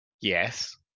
yes